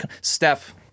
Steph